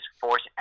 force